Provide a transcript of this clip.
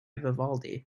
vivaldi